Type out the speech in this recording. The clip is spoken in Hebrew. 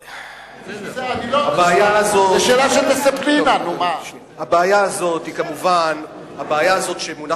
אני לא מכיר מושג מהדרין והיו שם רבנים לא פחות,